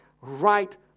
right